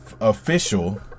official